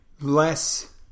less